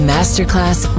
Masterclass